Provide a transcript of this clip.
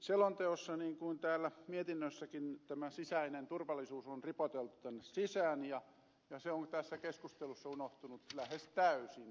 selonteossa niin kuin täällä mietinnössäkin tämä sisäinen turvallisuus on ripoteltu tänne sisään ja se on tässä keskustelussa unohtunut lähes täysin